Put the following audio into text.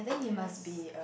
yes